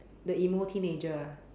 the emo teenager ah